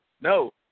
no